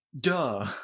Duh